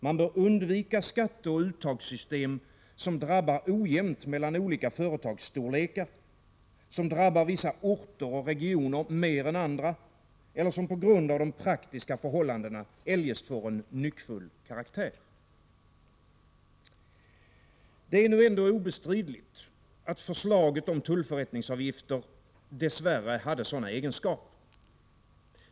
Man bör undvika skatteoch uttagssystem som drabbar olika företagsstorlekar ojämnt, som drabbar vissa orter och regioner mer än andra eller som på grund av de praktiska förhållandena eljest får en nyckfull karaktär. Det är nu ändå obestridligt att förslaget om tullförrättningsavgifter dess värre hade sådana egenskaper.